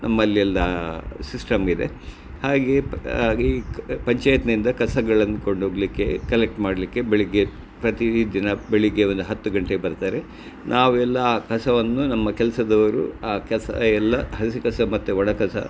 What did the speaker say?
ನಮ್ಮಲ್ಲೆಲ್ಲ system ಇದೆ ಹಾಗೆ ಪ ಈ ಕ ಪಂಚಾಯತ್ನಿಂದ ಕಸಗಳನ್ನ ಕೊಂಡೋಗ್ಲಿಕ್ಕೆ ಕಲೆಕ್ಟ್ ಮಾಡಲಿಕ್ಕೆ ಬೆಳಗ್ಗೆ ಪ್ರತಿ ದಿನ ಬೆಳಗ್ಗೆ ಒಂದು ಹತ್ತು ಗಂಟೆಗೆ ಬರ್ತಾರೆ ನಾವು ಎಲ್ಲ ಆ ಕಸವನ್ನು ನಮ್ಮ ಕೆಲಸದವರು ಆ ಕಸ ಎಲ್ಲ ಹಸಿ ಕಸ ಮತ್ತೆ ಒಣ ಕಸ